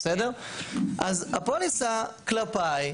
אז הפוליסה כלפיי,